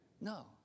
no